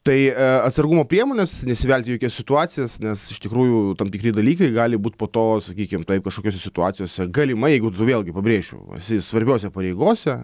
tai atsargumo priemonės nesivelt į jokias situacijas nes iš tikrųjų tam tikri dalykai gali būt po to sakykim taip kažkokiose situacijose galimai jeigu tu vėlgi pabrėšiu esi svarbiose pareigose